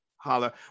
holler